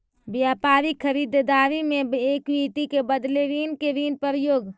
व्यापारिक खरीददारी में इक्विटी के बदले ऋण के प्रयोग करे पर लेवरेज के स्थिति उत्पन्न होवऽ हई